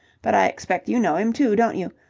but i expect you know him, too, don't you?